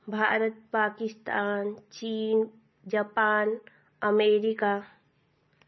भारत पाकिस्तान चीन Japan America